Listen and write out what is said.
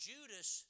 Judas